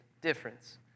difference